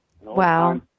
Wow